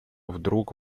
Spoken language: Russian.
вдруг